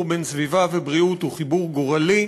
בין סביבה לבריאות הוא חיבור גורלי.